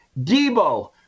Debo